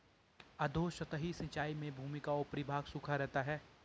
अधोसतही सिंचाई में भूमि का ऊपरी भाग सूखा रहता है